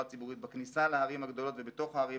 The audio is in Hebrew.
ציבורית בכניסה לערים הגדולות ובתוך הערים